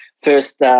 first